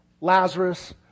Lazarus